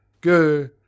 go